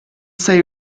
say